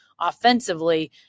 offensively